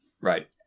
Right